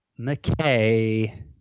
McKay